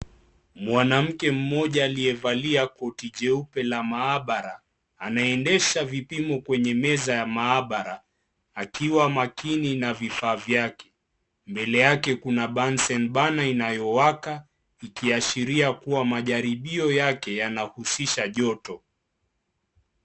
Mwanamke mmoja aliyevalia koti jeupe la maabara, anaendesha vipimo kwenye meza ya maabara akiwa makini na vifaa vyake ,mbele yake kuna bunsen burner iliyowaka ikiashiria kuwa majaribio yake yanahusisha joto.